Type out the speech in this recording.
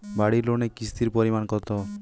বাড়ি লোনে কিস্তির পরিমাণ কত?